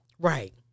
Right